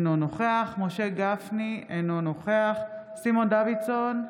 אינו נוכח משה גפני, אינו נוכח סימון דוידסון,